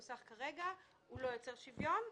כי תוכנית למגורים בתחום תידרש לאישור רשות הטבע והגנים,